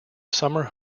summer